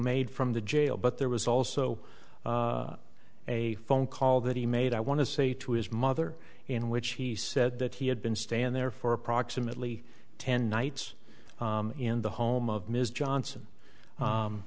made from the jail but there was also a phone call that he made i want to say to his mother in which he said that he had been staying there for approximately ten nights in the home of ms johnson